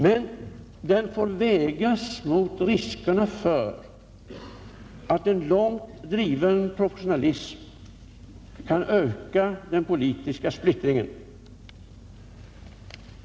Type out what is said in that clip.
Men den får vägas mot farhågorna för att en långt driven proportionalism kan öka den politiska splittringen.